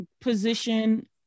position